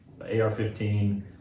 AR-15